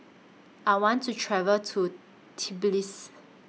I want to travel to Tbilisi